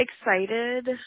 excited